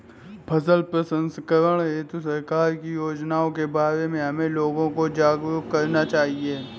फसल प्रसंस्करण हेतु सरकार की योजनाओं के बारे में हमें लोगों को जागरूक करना चाहिए